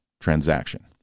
transaction